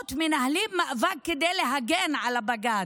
שבועות מנהלים מאבק כדי להגן על בג"ץ,